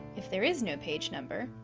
if there is no page number,